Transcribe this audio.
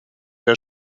der